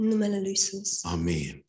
Amen